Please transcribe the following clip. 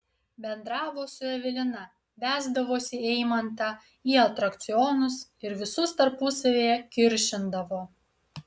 bendravo su evelina vesdavosi eimantą į atrakcionus ir visus tarpusavyje kiršindavo